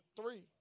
three